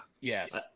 Yes